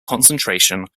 concentration